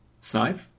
Snipe